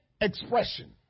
expression